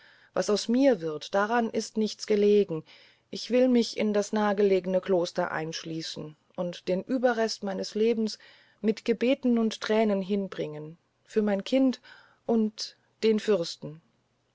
was aus mir wird daran ist nichts gelegen ich will mich in das nahgelegene kloster einschließen und den ueberrest meines lebens mit gebeten und thränen hinbringen für mein kind und den fürsten